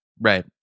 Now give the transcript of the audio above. Right